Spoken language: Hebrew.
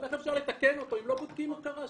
אבל איך אפשר לתקן אותו אם לא בודקים מה קרה שם?